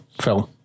film